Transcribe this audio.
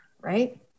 Right